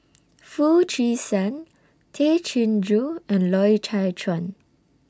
Foo Chee San Tay Chin Joo and Loy Chye Chuan